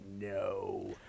no